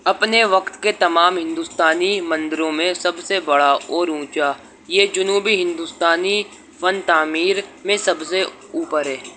اپنے وقت کے تمام ہندوستانی مندروں میں سب سے بڑا اور اونچا یہ جنوبی ہندوستانی فن تعمیر میں سب سے اوپر ہے